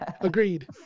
Agreed